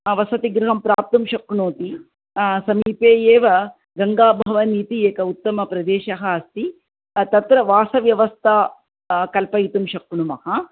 वसतिगृहं प्राप्तुं शक्नोति समीपे एव गङ्गाभवनम् इति एकः उत्तमप्रदेशः अस्ति तत्र वासव्यवस्थां कल्पयितुं शक्नुमः